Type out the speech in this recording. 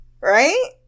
right